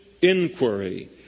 inquiry